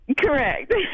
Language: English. correct